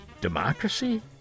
democracy